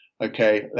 okay